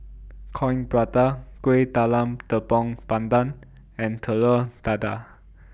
Coin Prata Kueh Talam Tepong Pandan and Telur Dadah